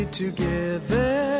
together